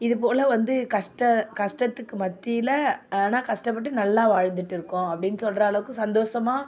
இதுபோல் வந்து கஷ்டம் கஷ்டத்துக்கு மத்தியில் ஆனால் கஷ்டப்பட்டு நல்லா வாழ்ந்துகிட்டு இருக்கோம் அப்டின்னு சொல்கிற அளவுக்கு சந்தோஷமாக